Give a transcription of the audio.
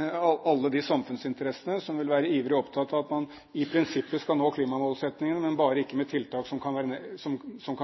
av at man i prinsippet skal nå klimamålsettingene, men bare ikke med tiltak som kan